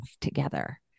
together